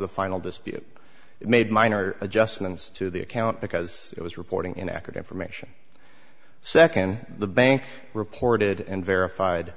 the final dispute made minor adjustments to the account because it was reporting in acronym for mission second the bank reported and verified